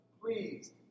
Please